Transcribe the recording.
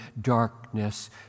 darkness